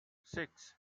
six